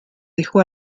dejó